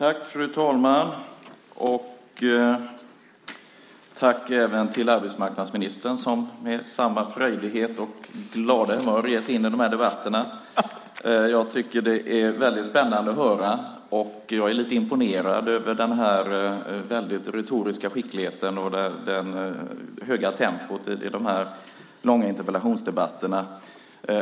Fru talman! Jag vill tacka arbetsmarknadsministern för svaret, som med samma frejdighet och glada humör ger sig in i interpellationsdebatterna. Det är väldigt spännande att höra. Jag är lite imponerad av den stora retoriska skickligheten och det höga tempot i de långa interpellationsdebatterna.